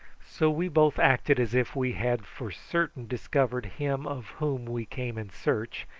so we both acted as if we had for certain discovered him of whom we came in search,